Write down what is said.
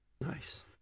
Nice